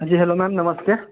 जी hello ma'am नमस्ते